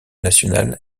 national